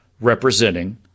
representing